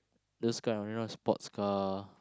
those kind of you know sports car